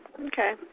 Okay